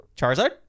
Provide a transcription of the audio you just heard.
Charizard